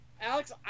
Alex